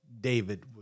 david